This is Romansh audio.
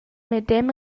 medem